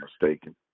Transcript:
mistaken